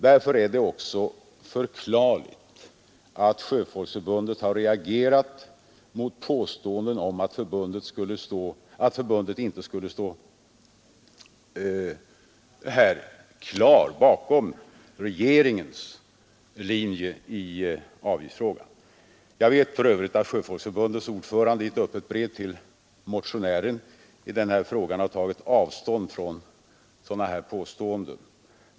Därför är det också förklarligt att Sjöfolksförbundet har reagerat mot påståenden om att förbundet inte skulle stå klart bakom regeringens linje i avgiftsfrågan. Jag vet för övrigt att Sjöfolksförbundets ordförande i ett öppet brev till motionären i den här frågan har tagit avstånd från sådana här påståenden.